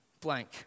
blank